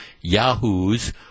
yahoos